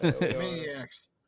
Maniacs